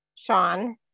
Sean